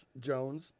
Jones